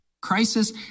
crisis